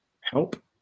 help